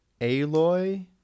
Aloy